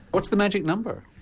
what's the magic number?